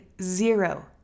zero